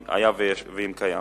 אם היה ואם קיים.